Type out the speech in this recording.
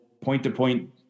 point-to-point